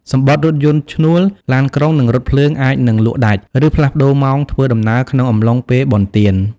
សំបុត្ររថយន្តឈ្នួល ឡានក្រុង និងរថភ្លើងអាចនឹងលក់ដាច់ ឬផ្លាស់ប្តូរម៉ោងធ្វើដំណើរក្នុងអំឡុងពេលបុណ្យទាន។